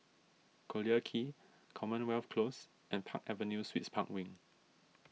Collyer Quay Commonwealth Close and Park Avenue Suites Park Wing